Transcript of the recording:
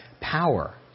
power